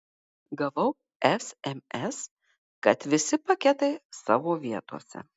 gavau sms kad visi paketai savo vietose